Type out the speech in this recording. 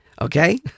Okay